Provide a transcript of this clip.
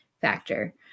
factor